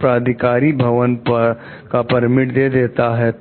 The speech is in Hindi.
प्राधिकारी भवन का परमिट दे देते हैं तब